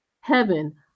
heaven